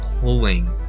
pulling